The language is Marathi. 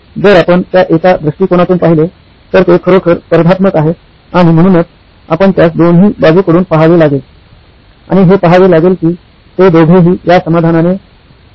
जर आपण त्या एका दृष्टिकोनातून पाहिले तर ते खरोखर स्पर्धात्मक आहेत आणि म्हणूनच आपण त्यास दोन्ही बाजूंकडून पहावे लागेल आणि हे पहावे लागेल की ते दोघेही या समाधानाने समाधानी आहेत